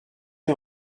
les